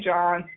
John